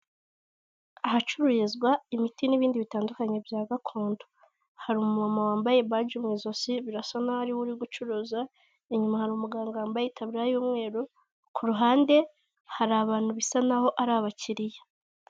Ahacuruzwa imiti n'ibindi bitandukanye bya gakondo, hari umuma wambaye baji mu izosi birasa nkaho ari uri gucuruza, inyuma hari umuganga wambaye yitabura y'umweru, ku ruhande hari abantu bisa naho ari abakiriya.